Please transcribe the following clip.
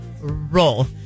roll